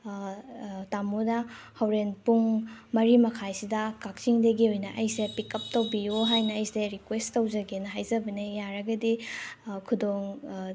ꯇꯥꯃꯣꯅ ꯍꯣꯔꯦꯟ ꯄꯨꯡ ꯃꯔꯤ ꯃꯈꯥꯏꯁꯤꯗ ꯀꯛꯆꯤꯡꯗꯥꯒꯤ ꯑꯣꯏꯅ ꯑꯩꯁꯦ ꯄꯤꯛꯀꯞ ꯇꯧꯕꯤꯌꯣ ꯍꯥꯏꯅ ꯑꯩꯁꯦ ꯔꯤꯀ꯭ꯋꯦꯁ ꯇꯧꯖꯒꯦꯅ ꯍꯥꯏꯖꯕꯅꯦ ꯌꯥꯔꯒꯗꯤ ꯈꯨꯗꯣꯡ